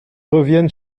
reviennent